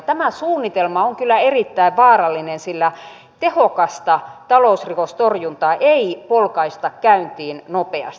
tämä suunnitelma on kyllä erittäin vaarallinen sillä tehokasta talousrikostorjuntaa ei polkaista käyntiin nopeasti